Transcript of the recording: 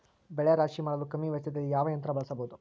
ಬೆಳೆ ರಾಶಿ ಮಾಡಲು ಕಮ್ಮಿ ವೆಚ್ಚದಲ್ಲಿ ಯಾವ ಯಂತ್ರ ಬಳಸಬಹುದು?